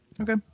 okay